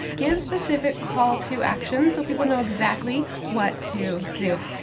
give specific call to action, so people know exactly what to do.